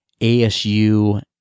ASU